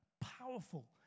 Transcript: powerful